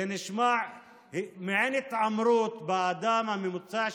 זה נשמע מעין התעמרות באדם הממוצע,